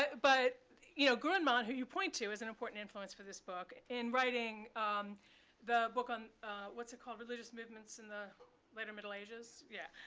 but you know grundmann, who you point to as an important influence for this book, in writing the book on what's it called, religious movements in the later middle ages? yeah,